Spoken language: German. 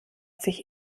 sich